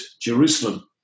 Jerusalem